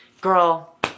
girl